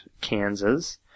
Kansas